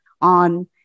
on